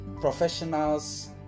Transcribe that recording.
professionals